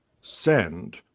send